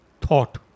thought